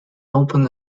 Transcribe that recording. open